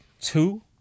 two